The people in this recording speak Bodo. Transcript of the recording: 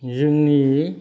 जोंनि